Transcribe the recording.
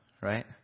right